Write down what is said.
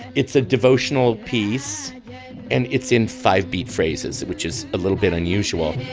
it's a devotional piece and it's in five beat phrases which is a little bit unusual